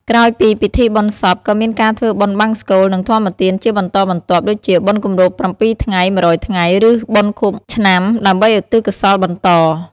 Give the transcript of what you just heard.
ក្រោយពីពិធីបុណ្យសព ក៏មានការធ្វើបុណ្យបង្សុកូល និងធម្មទានជាបន្តបន្ទាប់ ដូចជាបុណ្យគម្រប់ ៧ ថ្ងៃ ១០០ ថ្ងៃ ឬបុណ្យខួបឆ្នាំ ដើម្បីឧទ្ទិសកុសលបន្ត។